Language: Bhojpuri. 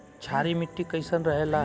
क्षारीय मिट्टी कईसन रहेला?